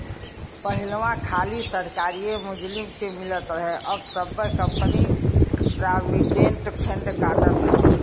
पहिलवा खाली सरकारिए मुलाजिम के मिलत रहे अब सब्बे कंपनी प्रोविडेंट फ़ंड काटत हौ